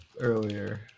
earlier